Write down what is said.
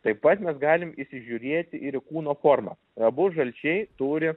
taip pat mes galim įsižiūrėti ir į kūno formą abu žalčiai turi